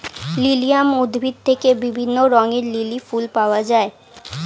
lilium উদ্ভিদ থেকে বিভিন্ন রঙের লিলি ফুল পাওয়া যায়